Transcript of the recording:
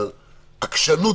מצד אחד,